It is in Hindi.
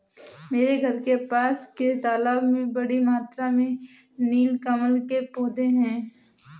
मेरे घर के पास के तालाब में बड़ी मात्रा में नील कमल के पौधें हैं